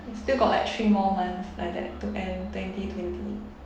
still got like three more months like that to end twenty twenty